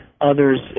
Others